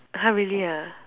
!huh! really ah